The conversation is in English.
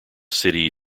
city